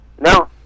No